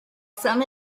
some